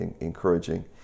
encouraging